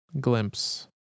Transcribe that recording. glimpse